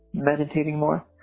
meditating more.